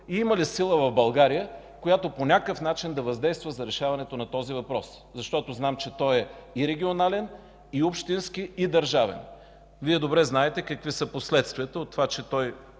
Има ли сила в България, която по някакъв начин да въздейства за решаването на този въпрос, защото знам, че той е и регионален, и общински, и държавен! Вие добре знаете какви са последствията от това, че той